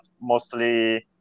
mostly